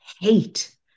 hate